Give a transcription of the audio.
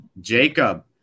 Jacob